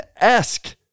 esque